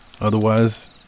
Otherwise